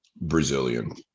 brazilian